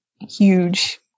huge